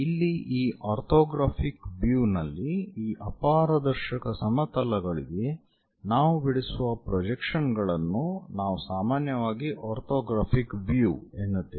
ಇಲ್ಲಿ ಈ orthographic view ನಲ್ಲಿ ಈ ಅಪಾರದರ್ಶಕ ಸಮತಲಗಳಿಗೆ ನಾವು ಬಿಡಿಸುವ ಪ್ರೊಜೆಕ್ಷನ್ ಗಳನ್ನು ನಾವು ಸಾಮಾನ್ಯವಾಗಿ ಆರ್ಥೋಗ್ರಾಫಿಕ್ ವ್ಯೂ ಎನ್ನುತ್ತೇವೆ